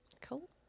Cool